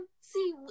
see